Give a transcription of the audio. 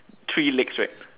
three legs right